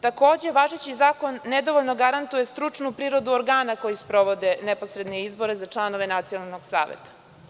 Takođe, važeći zakon nedovoljno garantuje stručnu prirodu organa koji sprovode neposredne izbore za članove nacionalnog saveta.